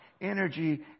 energy